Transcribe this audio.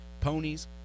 ponies